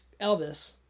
Elvis